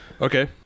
Okay